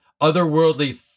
otherworldly